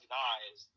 guys